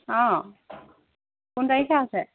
অঁ কোন তাৰিখে আছে